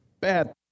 Bad